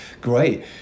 great